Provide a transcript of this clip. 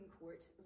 Court